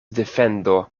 defendo